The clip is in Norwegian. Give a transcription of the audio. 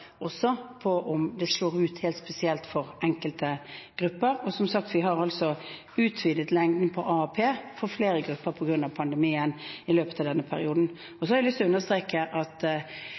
også av om det slår ut helt spesielt for enkelte grupper. Som sagt har vi altså utvidet lengden på AAP for flere grupper på grunn av pandemien i løpet av denne perioden. Jeg har lyst til å understreke at